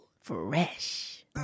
Fresh